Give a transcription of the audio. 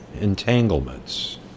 Entanglements